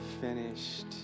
finished